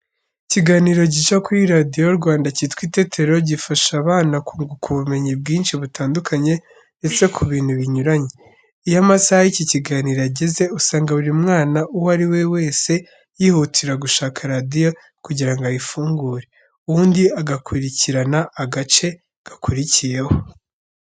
Ikiganiro gica kuri radiyo Rwanda cyitwa Itetero, gifasha abana kunguka ubumenyi bwinshi butandukanye ndetse ku bintu binyuranye. Iyo amasaha y'iki kiganiro ageze, usanga buri mwana uwo ari we wese yihutira gushaka radiyo kugira ngo ayifungure, ubundi agakurikirana agace gakurikiyeho.